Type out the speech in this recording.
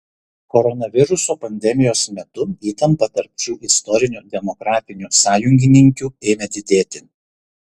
koronaviruso pandemijos metu įtampa tarp šių istorinių demokratinių sąjungininkių ėmė didėti